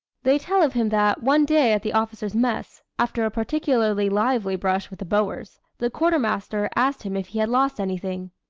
they tell of him that, one day at the officers' mess, after a particularly lively brush with the boers, the quartermaster asked him if he had lost anything.